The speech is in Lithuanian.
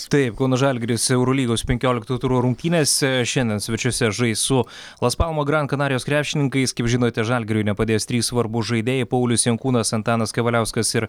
taip kauno žalgiris eurolygos penkiolikto turo rungtynėse šiandien svečiuose žais su las palmo gran kanarijos krepšininkais kaip žinote žalgiriui nepadės trys svarbūs žaidėjai paulius jankūnas antanas kavaliauskas ir